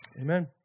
Amen